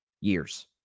years